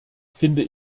finde